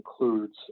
includes